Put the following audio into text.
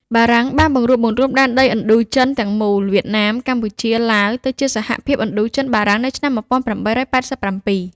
បារាំងបានបង្រួបបង្រួមដែនដីឥណ្ឌូចិនទាំងមូល វៀតណាម កម្ពុជា ឡាវ ទៅជា សហភាពឥណ្ឌូចិនបារាំង នៅឆ្នាំ ១៨៨៧។